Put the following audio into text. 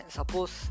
Suppose